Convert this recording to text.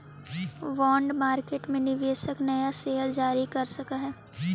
bond market में निवेशक नया शेयर जारी कर सकऽ हई